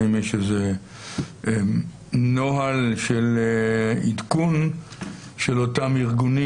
האם יש איזה נוהל של עדכון של אותם ארגונים?